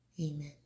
amen